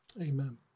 amen